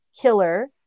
killer